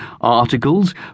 articles